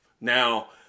Now